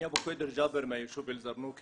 אני אבו קוידר ג'אבר מהיישוב אל זרנוק,